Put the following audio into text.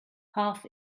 half